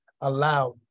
allowed